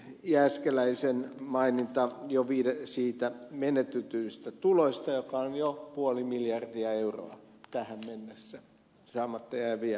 jääskeläisen maininta menetetyistä tuloista jotka ovat jo puoli miljardia euroa tähän mennessä saamatta jääneitä veroeuroja